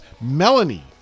Melanie